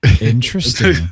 Interesting